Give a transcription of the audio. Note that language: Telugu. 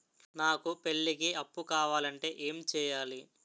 నాకు పెళ్లికి అప్పు కావాలంటే ఏం చేయాలి?